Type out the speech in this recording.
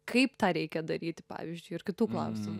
kaip tą reikia daryti pavyzdžiui ir kitų klausimų